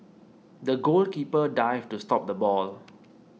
the goalkeeper dived to stop the ball